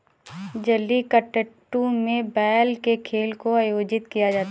जलीकट्टू में बैल के खेल को आयोजित किया जाता है